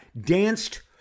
danced